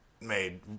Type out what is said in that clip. made